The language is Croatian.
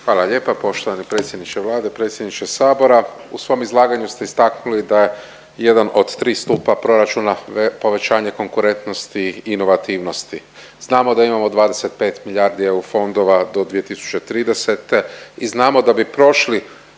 Hvala lijepa poštovani predsjedniče Vlade, predsjedniče Sabora. U svom izlaganju ste istaknuli da je jedan od tri stupa proračuna povećanje konkurentnosti i inovativnosti. Znamo da imamo 25 milijardi EU fondova do 2030. i znamo da bi prošli